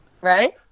Right